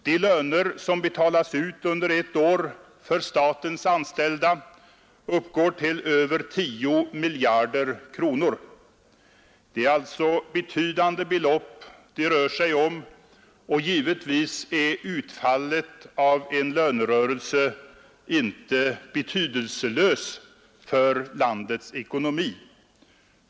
De löner som betalas ut under ett år till statens anställda uppgår till över 10 miljarder kronor. Det är alltså betydande belopp det rör sig om, och givetvis är utfallet av en lönerörelse inte betydelselöst för landets ekonomi.